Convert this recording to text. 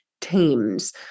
teams